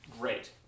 great